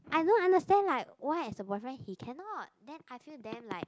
I don't understand like why as a boyfriend he cannot then I feel damn like